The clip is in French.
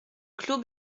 clos